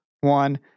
one